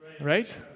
Right